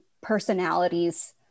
personalities